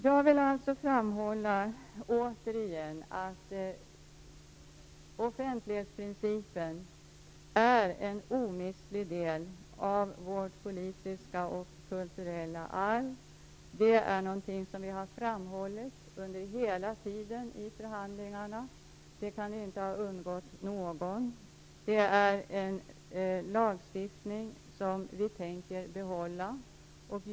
Jag vill alltså återigen framhålla att offentlighetsprincipen är en omistlig del av vårt politiska och kulturella arv. Detta har vi framhållit hela tiden under förhandlingarnas gång. Det kan inte ha undgått någon. Den här lagstiftningen tänker vi behålla.